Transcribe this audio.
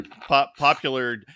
popular